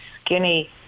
skinny